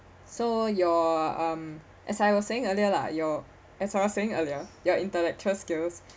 so your um as I was saying earlier lah your as I was saying earlier your intellectual skills